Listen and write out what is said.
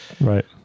Right